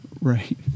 Right